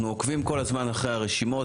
אנחנו עוקבים כל הזמן אחרי הרשימות,